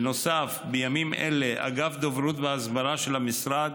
בנוסף, בימים אלה אגף דוברות והסברה של המשרד